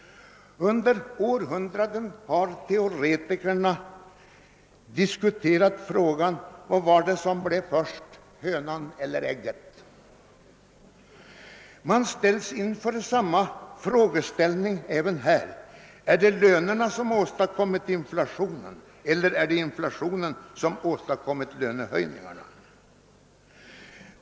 Under århundraden har teoretikerna diskuterat frågan om vem som kom till först — hönan eller ägget. Man ställs inför samma frågeställning även här. Är det lönerna som åstadkommit inflationen eller är det inflationen som åstadkommit lönehöjningarna?